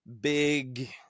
big